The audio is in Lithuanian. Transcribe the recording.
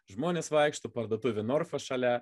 žmonės vaikšto parduotuvė norfa šalia